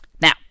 Now